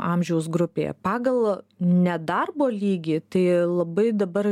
amžiaus grupėje pagal nedarbo lygį tai labai dabar